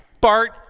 Bart